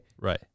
Right